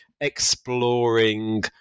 exploring